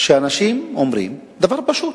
שאנשים אומרים דבר פשוט: